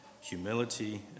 humility